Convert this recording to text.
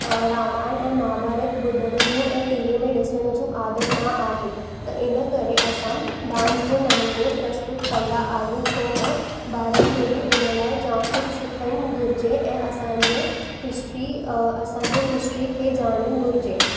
रामायण ऐं महाभारत ॿुधण जो ऐं टीवीअ में ॾिसण जो आदत न आहे त इन करे असां डांस जे नमूने प्रस्तुत कंदा आहियूं छो त ॿारनि खे बि उन लाइ जाम कुझु सिखण घुरिजे ऐं असांजे हिस्ट्री असांजे हिस्ट्री खे ॼणण घुरिजे